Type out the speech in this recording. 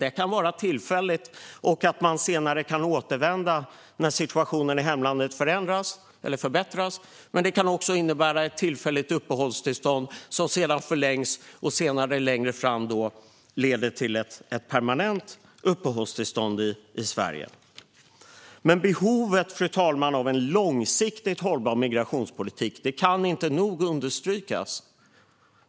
Det kan vara tillfälligt, och man kan senare återvända när situationen i hemlandet förbättras. Men det kan också innebära ett tillfälligt uppehållstillstånd som sedan förlängs och längre fram leder till ett permanent uppehållstillstånd i Sverige. Men behovet, fru talman, av en långsiktigt hållbar migrationspolitik kan inte nog understrykas.